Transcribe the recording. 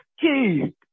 Keep